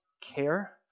care